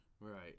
Right